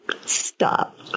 Stop